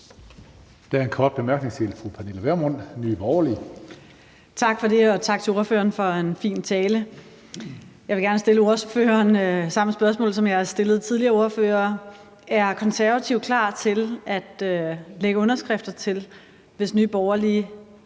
Tak for det, og tak til ordføreren for en fin tale. Jeg vil gerne stille ordføreren det samme spørgsmål, som jeg har stillet tidligere ordførere: Er Konservative klar til at lægge underskrifter til, hvis Nye Borgerlige,